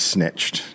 Snitched